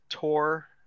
tour